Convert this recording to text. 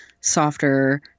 softer